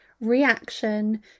reaction